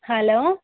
hello